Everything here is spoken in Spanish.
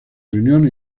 reunión